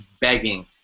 begging